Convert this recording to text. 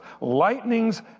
lightnings